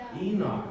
Enoch